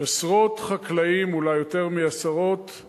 יש עשרות חקלאים, אולי יותר מעשרות, אתה